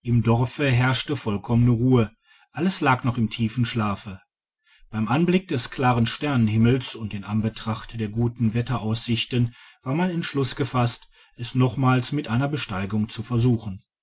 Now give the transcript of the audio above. im dorfe herrschte vollkommene ruhe alles lag noeh in tiefem schlafe beim anblick des klaren sternhimmels und in anbetracht der guten wetteraussichten war mein entschluss gefasst es nochmals mit einer besteigung zu versuchen